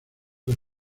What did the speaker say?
que